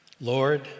Lord